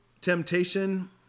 temptation